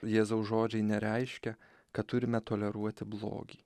jėzaus žodžiai nereiškia kad turime toleruoti blogį